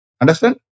Understand